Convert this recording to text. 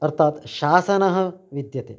अर्थात् शासनः विद्यते